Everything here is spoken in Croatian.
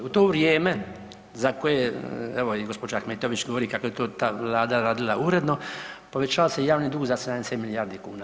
U to vrijeme za koje evo i gospođa Ahmetović govori kako je to ta vlada radila uredno, povećava se i javni dug za 70 milijardi kuna.